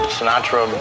Sinatra